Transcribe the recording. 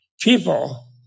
people